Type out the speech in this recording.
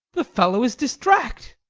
the fellow is distract,